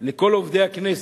לכל עובדי הכנסת,